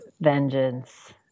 vengeance